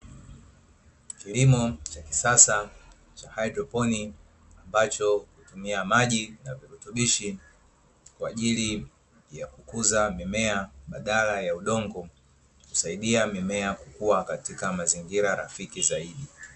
Kilimo cha kisasa cha hydroponi ambacho hutumia maji na virutubishi kwaajili ya kukuzia mimea badala ya udongo, husaidia mimea kukua katika mazingira rafiki zaidi.